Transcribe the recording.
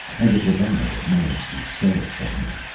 and it was i that managed to set it for him.